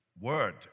word